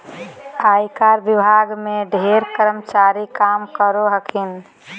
आयकर विभाग में ढेर कर्मचारी काम करो हखिन